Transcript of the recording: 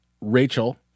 Rachel